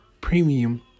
premium